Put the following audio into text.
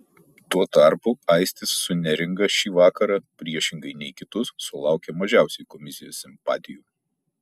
tuo tarpu aistis su neringa šį vakarą priešingai nei kitus sulaukė mažiausiai komisijos simpatijų